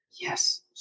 yes